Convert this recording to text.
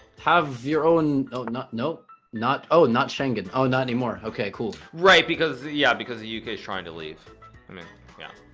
have your own no no no not oh not schengen oh not anymore okay cool right because yeah because the yeah uk is trying to leave i mean yeah